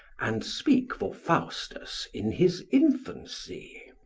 and speak for faustus in his infancy.